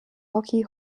hockey